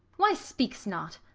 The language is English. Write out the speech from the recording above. why speak'st not?